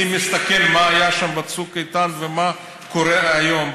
אני מסתכל מה היה שם בצוק איתן ומה קורה היום.